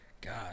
God